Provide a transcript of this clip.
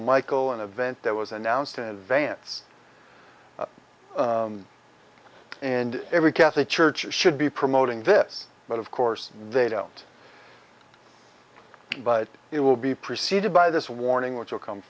michael an event that was announced in advance and every catholic church should be promoting this but of course they don't but it will be preceded by this warning which will come